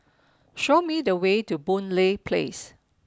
show me the way to Boon Lay Place